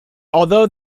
although